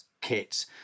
kits